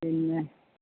പിന്നെ